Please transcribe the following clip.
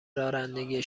رانندگی